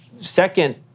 second